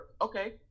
okay